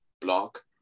block